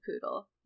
poodle